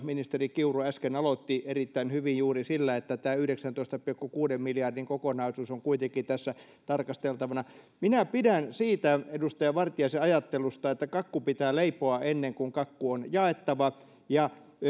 ministeri kiuru äsken aloitti erittäin hyvin juuri sillä että tämä yhdeksäntoista pilkku kuuden miljardin kokonaisuus on kuitenkin tässä tarkasteltavana minä pidän siitä edustaja vartiaisen ajattelusta että kakku pitää leipoa ennen kuin kakku on jaettava ja